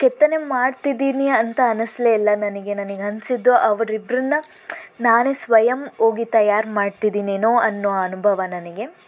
ಕೆತ್ತನೆ ಮಾಡ್ತಿದ್ದೀನಿ ಅಂತ ಅನ್ನಿಸಲೇ ಇಲ್ಲ ನನಗೆ ನನಗೆ ಅನ್ನಿಸಿದ್ದು ಅವರಿಬ್ರನ್ನು ನಾನೇ ಸ್ವಯಂ ಹೋಗಿ ತಯಾರು ಮಾಡ್ತಿದ್ದೀನೇನೋ ಅನ್ನೋ ಅನುಭವ ನನಗೆ